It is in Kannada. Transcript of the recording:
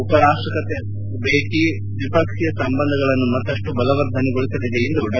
ಉಪರಾಷ್ನಗಳ ಭೇಟಿ ದ್ವೀಪಕ್ಷಿಯ ಸಂಬಂಧಗಳನ್ನು ಮತ್ತಷ್ಟು ಬಲವರ್ಧನೆಗೊಳಿಸಲಿದೆ ಎಂದು ಡಾ